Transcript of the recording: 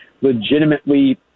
legitimately